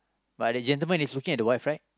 but the gentleman is looking at the wife right